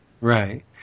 right